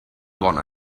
bona